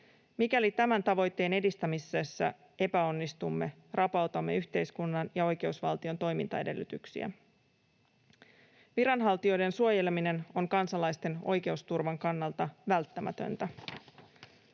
Mikäli tämän tavoitteen edistämisessä epäonnistumme, rapautamme yhteiskunnan ja oikeusvaltion toimintaedellytyksiä. Viranhaltijoiden suojeleminen on kansalaisten oikeusturvan kannalta välttämätöntä.